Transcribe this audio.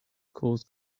caused